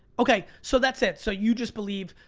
okay, so that's it. so you just believe,